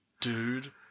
Dude